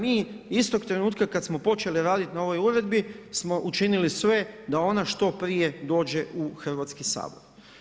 Mi istog trenutka kad smo počeli radit na ovoj uredbi smo učinili sve da ona što prije dođe u Hrvatski sabor.